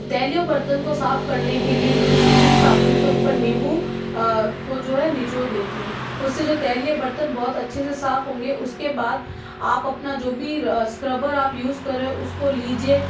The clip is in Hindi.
तेलीय बर्तन को साफ करने के लिए किसी भी साबुन के ऊपर नींबू को जो है निचोड़ देती हूँ उससे जो तेलीय बर्तन बहुत अच्छे से साफ होंगे उसके बाद आप अपना जो भी स्क्रबर आप यूज़ करें उसको लीजिए